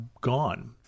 gone